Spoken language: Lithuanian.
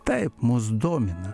taip mus domina